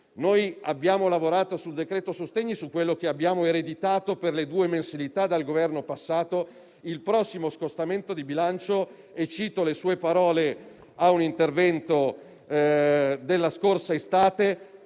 abbiamo lavorato sul decreto sostegni e su quello che abbiamo ereditato, per le due mensilità, dal Governo passato. Sul prossimo scostamento di bilancio - cito le sue parole durante un intervento della scorsa estate